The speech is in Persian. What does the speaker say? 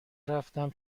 رفتم